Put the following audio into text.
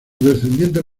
descendientes